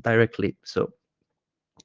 directly so